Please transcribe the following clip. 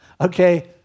Okay